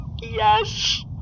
Yes